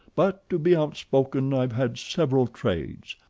but, to be outspoken, i've had several trades.